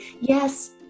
yes